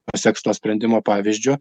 paseks to sprendimo pavyzdžiu